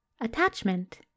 Attachment